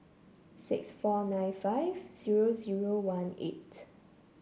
six four nine five zero zero one eight